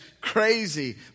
crazy